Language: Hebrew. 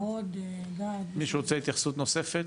מישהו רוצה התייחסות נוספת?